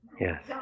Yes